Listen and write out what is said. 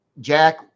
Jack